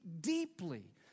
deeply